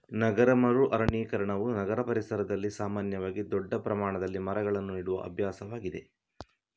ನಗರ ಮರು ಅರಣ್ಯೀಕರಣವು ನಗರ ಪರಿಸರದಲ್ಲಿ ಸಾಮಾನ್ಯವಾಗಿ ದೊಡ್ಡ ಪ್ರಮಾಣದಲ್ಲಿ ಮರಗಳನ್ನು ನೆಡುವ ಅಭ್ಯಾಸವಾಗಿದೆ